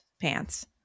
pants